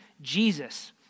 Jesus